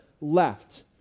left